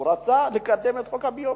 הוא רצה לקדם את החוק הביומטרי.